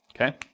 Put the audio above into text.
Okay